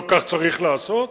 לא כך צריך לעשות?